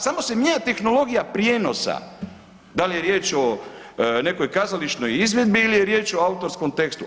Samo se mijenja tehnologija prijenosa, da li je riječ o nekoj kazališnoj izvedbi ili je riječ o autorskom tekstu.